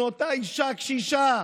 מאותה אישה קשישה.